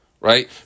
Right